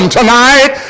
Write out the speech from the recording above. tonight